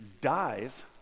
dies